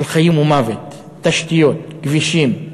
של חיים ומוות: תשתיות, כבישים.